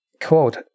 Quote